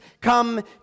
come